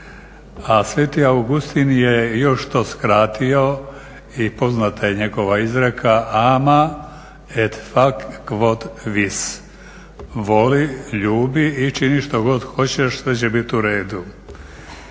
A Sv. Augustin je još to skratio i poznata je njegova izreka Ama et Fac Quod Vis, voli, ljubi i čini što god hoćeš, sve će biti u redu.